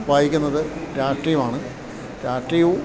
വായിക്കുന്നത് രാഷ്ട്രീയമാണ് രാഷ്ട്രീയവും